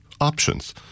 options